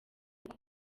uko